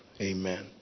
Amen